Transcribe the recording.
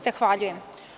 Zahvaljujem.